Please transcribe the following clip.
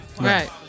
Right